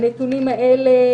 התייחסתי לנתונים האלה